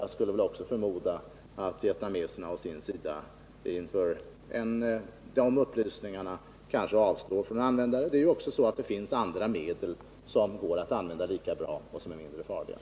Jag skulle förmoda att vietnameserna å sin sida inför de upplysningarna avstår från att använda det. Det finns andra medel som är lika bra och som är mindre farliga.